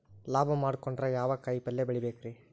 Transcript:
ಲಾಭ ಮಾಡಕೊಂಡ್ರ ಯಾವ ಕಾಯಿಪಲ್ಯ ಬೆಳಿಬೇಕ್ರೇ?